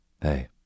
Hey